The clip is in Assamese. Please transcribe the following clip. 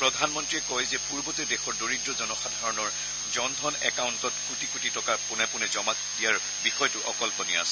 প্ৰধানমন্তীয়ে কয় যে পূৰ্বতে দেশৰ দৰিদ্ৰ জনসাধাৰণৰ জনধন একাউণ্টত কোটি কোটি টকা পোনে পোনে জমা দিয়াৰ বিষয়টো অকল্পনীয় আছিল